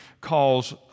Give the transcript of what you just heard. calls